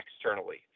externally